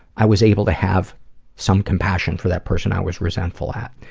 i was able to have some compassion for that person i was resentful at.